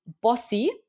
bossy